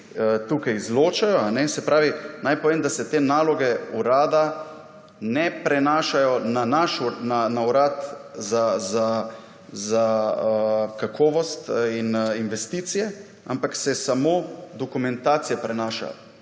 tukaj izločajo. Se pravni naj povem, da se te naloge urada ne prenašajo na Urad za kakovost in investicije, ampak se samo dokumentacija prenaša.